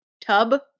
tub